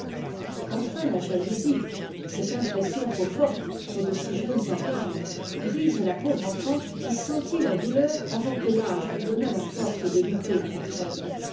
enfin la jalousie cette impression trop forte pour de si jeunes organes brise la pauvre enfant qui sentit la douleur avant que t'âge lui donnât la force de lutter contre elle